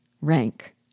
Rank